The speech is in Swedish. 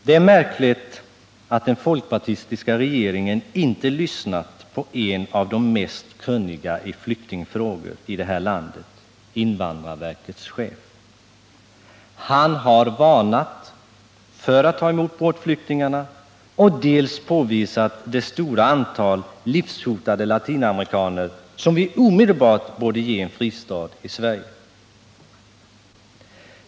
Det är märkligt att den folkpartistiska regeringen inte lyssnat på en av de mest kunniga i flyktingfrågor i det här landet, nämligen invandrarverkets chef. Han har dels varnat för att ta emot båtflyktingarna, dels påvisat det stora antal livshotade latinamerikaner som vi omedelbart borde ge en fristad i Sverige.